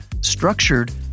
structured